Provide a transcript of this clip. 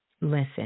listen